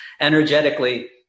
energetically